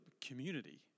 community